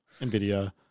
Nvidia